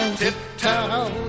tiptoe